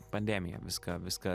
pandemija viską viską